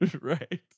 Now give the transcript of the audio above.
right